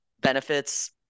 benefits